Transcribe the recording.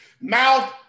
mouth